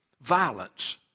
violence